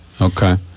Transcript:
okay